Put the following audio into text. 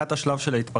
היה את השלב של ההתפרצות.